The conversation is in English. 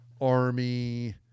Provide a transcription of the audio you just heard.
Army